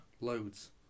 loads